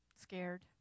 scared